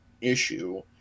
issue